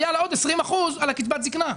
היו לה עוד 20 אחוזים על קצבת הזקנה.